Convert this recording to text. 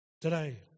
today